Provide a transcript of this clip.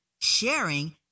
sharing